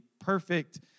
perfect